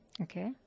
Okay